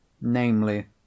namely